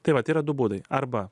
tai vat yra du būdai arba